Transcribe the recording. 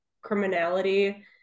criminality